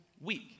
week